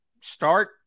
start